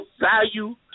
value